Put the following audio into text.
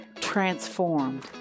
transformed